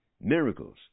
Miracles